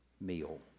meal